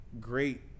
great